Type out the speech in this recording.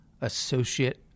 associate